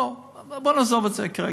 בוא נעזוב את זה כרגע.